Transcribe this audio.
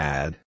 Add